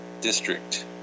district